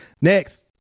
Next